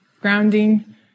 grounding